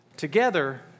Together